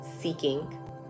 seeking